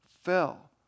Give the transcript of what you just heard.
fell